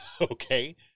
okay